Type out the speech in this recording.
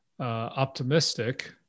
Optimistic